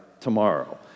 tomorrow